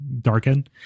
darken